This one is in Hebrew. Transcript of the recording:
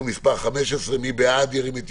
מי בעד אישור